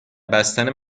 بستن